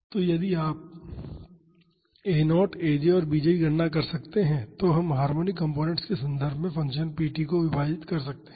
इसलिए यदि आप a0 aj और bj की गणना कर सकते हैं तो हम हार्मोनिक कंपोनेंट्स के संदर्भ में फ़ंक्शन पी टी को विभाजित कर सकते हैं